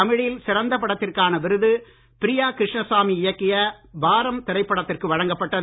தமிழில் சிறந்த படத்திற்கான விருது பிரியா கிருஷ்ணசாமி இயக்கிய பாரம் திரைப்படத்திற்கு வழங்கப்பட்டது